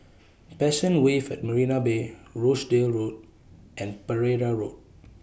Passion Wave At Marina Bay Rochdale Road and Pereira Road